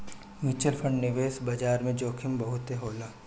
mutual fund निवेश बाजार में जोखिम बहुत होखेला